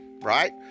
right